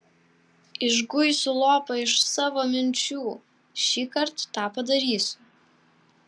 išguisiu lopą iš savo minčių šįkart tą padarysiu